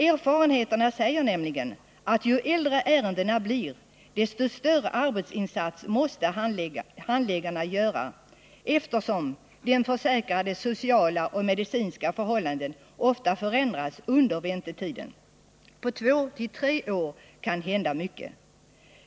Erfarenheterna säger nämligen att ju äldre ärendena blir, desto större arbetsinsats måste handläggarna göra, eftersom den försäkrades sociala och medicinska förhållanden ofta förändras under väntetiden. På två tre år kan mycket hända.